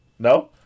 No